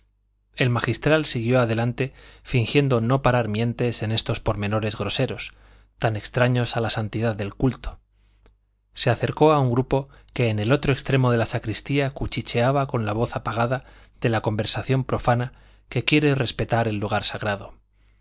el magistral siguió adelante fingiendo no parar mientes en estos pormenores groseros tan extraños a la santidad del culto se acercó a un grupo que en el otro extremo de la sacristía cuchicheaba con la voz apagada de la conversación profana que quiere respetar el lugar sagrado